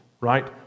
right